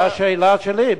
זאת השאלה שלי,